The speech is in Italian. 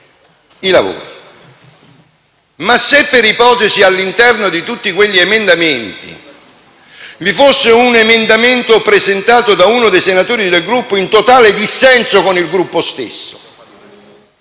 i lavori; ma se per ipotesi all'interno di tutti quegli emendamenti vi fosse un emendamento presentato da uno dei senatori del Gruppo in totale dissenso con il Gruppo stesso,